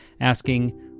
asking